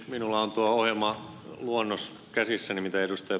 minulla on tuo ohjelmaluonnos käsissäni mitä ed